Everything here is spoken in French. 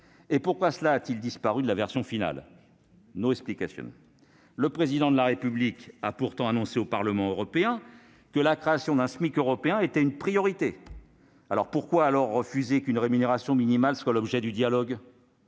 Pourquoi cela a-t-il disparu de la version finale ?! Le Président de la République a pourtant annoncé au Parlement européen que la création d'un SMIC européen était une priorité. Pourquoi alors refuser qu'une rémunération minimale soit l'objet du dialogue ?